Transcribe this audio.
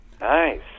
Nice